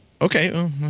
okay